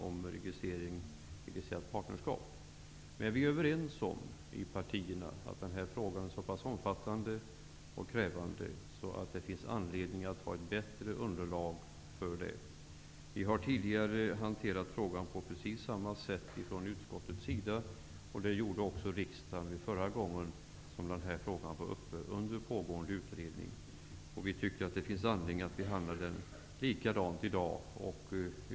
Men vi är i de olika partierna överens om att denna fråga är så pass omfattande och krävande att det finns anledning att ha ett bättre underlag inför beslutet. Utskottet har tidigare hanterat frågan på precis samma sätt. Det gjorde också riksdagen förra gången denna fråga var uppe till behandling under pågående utredning. Vi tycker att det finns anledning att behandla frågan likadant i dag.